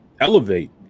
elevate